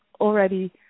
already